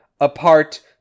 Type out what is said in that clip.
apart